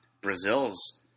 Brazil's